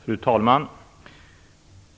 Fru talman!